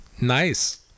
Nice